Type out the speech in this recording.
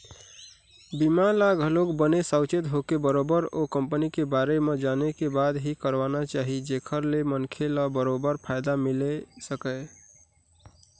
बीमा ल घलोक बने साउचेत होके बरोबर ओ कंपनी के बारे म जाने के बाद ही करवाना चाही जेखर ले मनखे ल बरोबर फायदा मिले सकय